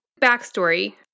backstory